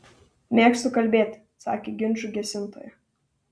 mėgstu kalbėti sakė ginčų gesintoja